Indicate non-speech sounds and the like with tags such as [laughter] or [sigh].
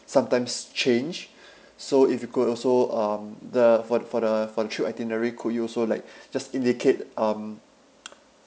sometimes change so if you could also um the for th~ for the for the trip itinerary could you also like just indicate um [noise]